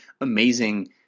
amazing